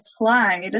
applied